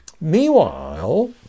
Meanwhile